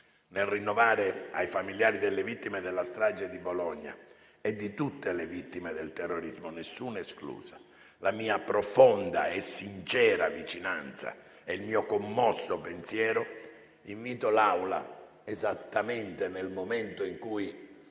Nel rinnovare ai familiari delle vittime della strage di Bologna e di tutte le vittime del terrorismo, nessuna esclusa, la mia profonda e sincera vicinanza e il mio commosso pensiero, invito l'Assemblea, esattamente nel momento in cui